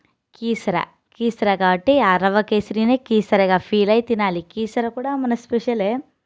కీసర కీసర కాబట్టి ఆ రవ్వ కేసరినే కీసరగా ఫీల్ అయ్యి తినాలి కీసర కూడా మన స్పెషలే